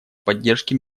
поддержки